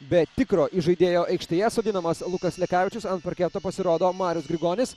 be tikro įžaidėjo aikštėje sodinamas lukas lekavičius ant parketo pasirodo marius grigonis